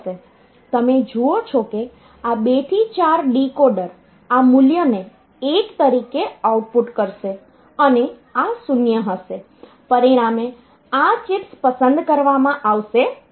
તમે જુઓ છો કે આ 2 થી 4 ડીકોડર આ મૂલ્યને 1 તરીકે આઉટપુટ કરશે અને આ 0 હશે પરિણામે આ ચિપ્સ પસંદ કરવામાં આવશે નહીં